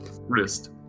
wrist